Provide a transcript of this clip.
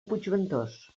puigventós